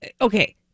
okay